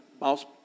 mouse